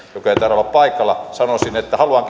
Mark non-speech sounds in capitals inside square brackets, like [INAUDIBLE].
taida olla paikalla sanoisin että haluan [UNINTELLIGIBLE]